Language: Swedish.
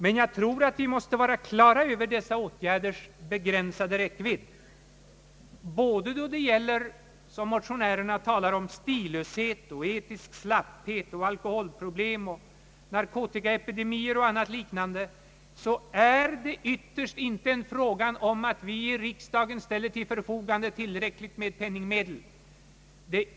Men jag tror att vi måste vara klara över dessa åtgärders begränsade räckvidd, både då det gäller stillöshet, etisk slapphet, alkoholproblem och narkotikaepidemier. Det är ytterst inte en fråga om att vi i riksdagen ställer tillräckligt med penningmedel till förfogande.